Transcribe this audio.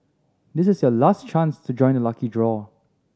this is your last chance to join the lucky draw